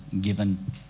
given